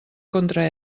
contra